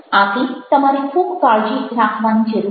આથી તમારે ખૂબ કાળજી રાખવાની જરૂર છે